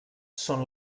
són